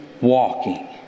walking